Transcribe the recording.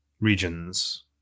regions